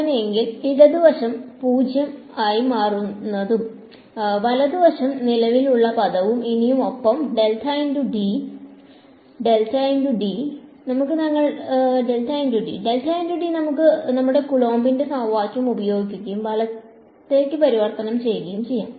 അങ്ങനെയെങ്കിൽ ഇടത് വശം 0 ആയി മാറുന്നതും വലതുവശത്ത് നിലവിലെ പദവും ഇവിടെയും ഒപ്പം നമുക്ക് ഞങ്ങളുടെ കൂലോംബിന്റെ സമവാക്യം ഉപയോഗിക്കുകയും വലത്തേക്ക് പരിവർത്തനം ചെയ്യുകയും ചെയ്യാം